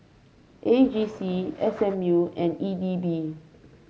A G C S M U and E D B